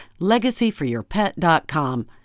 LegacyForYourPet.com